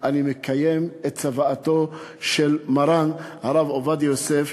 שאני מקיים את צוואתו של מרן הרב עובדיה יוסף,